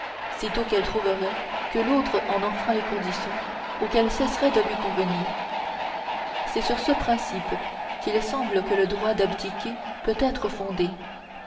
contrat sitôt qu'elle trouverait que l'autre en enfreint les conditions ou qu'elles cesseraient de lui convenir c'est sur ce principe qu'il semble que le droit d'abdiquer peut être fondé